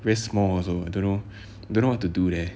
very small also I don't know don't know what to do there